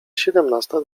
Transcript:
siedemnasta